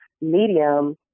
medium